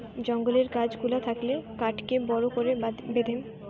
জঙ্গলের গাছ গুলা থাকলে কাঠকে বড় করে বেঁধে